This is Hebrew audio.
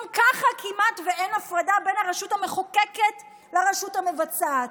גם ככה כמעט אין הפרדה בין הרשות המחוקקת לרשות המבצעת,